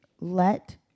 let